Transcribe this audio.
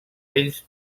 ells